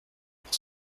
pour